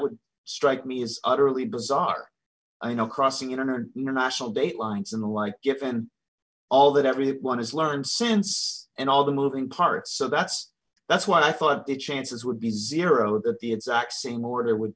would strike me as utterly bizarre i know crossing in or international dateline some like given all that everyone has learned since and all the moving parts so that's that's why i thought the chances would be zero at the exact same order would